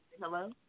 Hello